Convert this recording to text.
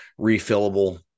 refillable